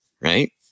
Right